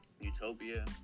utopia